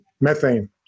methane